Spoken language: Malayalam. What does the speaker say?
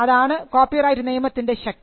അതാണു കോപ്പിറൈറ്റ് നിയമത്തിൻറെ ശക്തി